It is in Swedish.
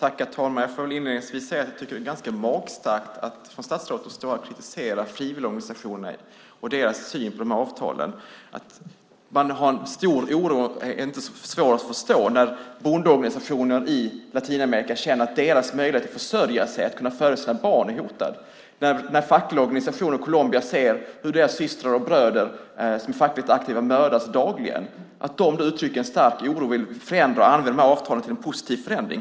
Herr talman! Jag får inledningsvis säga att jag tycker att det är ganska magstarkt att statsrådet står här och kritiserar frivilligorganisationerna och deras syn på dessa avtal. Att de har en stor oro är inte svårt att förstå när människorna i bondeorganisationerna i Latinamerika känner att deras möjligheter att försörja sig och sina barn är hotad och när fackliga organisationer i Colombia ser hur deras systrar och bröder som är fackligt aktiva mördas dagligen. De uttrycker en stark oro och vill förändra och använda dessa avtal till en positiv förändring.